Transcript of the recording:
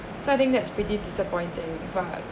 so I think that's pretty disappointing but